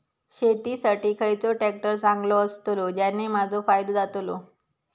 शेती साठी खयचो ट्रॅक्टर चांगलो अस्तलो ज्याने माजो फायदो जातलो?